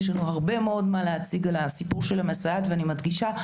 יש לנו הרבה מאוד מה להציג על הסיפור של "המסייעת" ואני מדגישה,